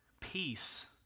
peace